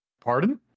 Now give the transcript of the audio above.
pardon